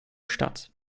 statt